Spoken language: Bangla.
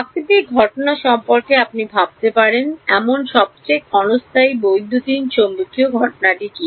প্রাকৃতিক ঘটনা সম্পর্কে আপনি ভাবতে পারেন এমন সবচেয়ে ক্ষণস্থায়ী বৈদ্যুতিন চৌম্বকীয় ঘটনাটি কী